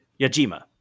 Yajima